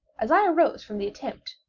as i arose from the attempt,